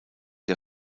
der